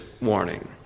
warning